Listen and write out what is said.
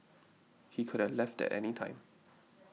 he could have left at any time